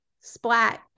Splat